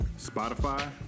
Spotify